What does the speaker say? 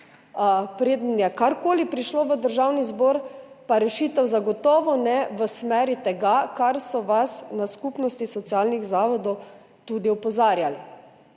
preden je karkoli prišlo v Državni zbor, pa rešitev zagotovo ni v smeri tega, kar so vas na Skupnosti socialnih zavodov tudi opozarjali,